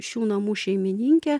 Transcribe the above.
šių namų šeimininkė